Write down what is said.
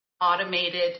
automated